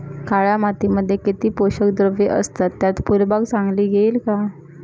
काळ्या मातीमध्ये किती पोषक द्रव्ये असतात, त्यात फुलबाग चांगली येईल का?